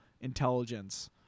intelligence